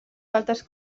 faltes